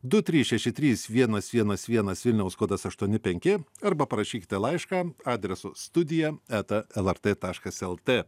du trys šeši trys vienas vienas vienas vilniaus kodas aštuoni penki arba parašykite laišką adresu studija eta lrt taškas lt